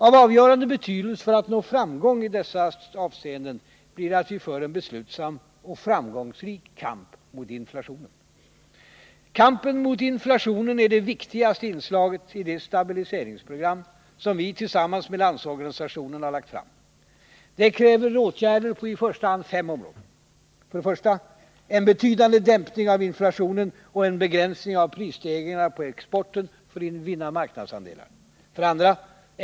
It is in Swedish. Av avgörande betydelse för att nå framgång i dessa avseenden blir att vi för en beslutsam och framgångsrik kamp mot inflationen. Kampen mot inflationen är det viktigaste inslaget i det stabiliseringsprogram som vi tillsammans med Landsorganisationen har lagt fram. Det kräver åtgärder i första hand på fem områden. 1. En betydande dämpning av inflationen och en begränsning av prisstegringarna på exporten för att vinna marknadsandelar. 2.